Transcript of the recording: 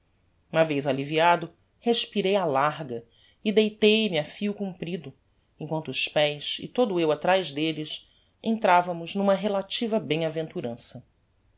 uma vez alliviado respirei á larga e deitei me a fio comprido emquanto os pés e todo eu atraz delles entravamos n'uma relativa bem-aventurança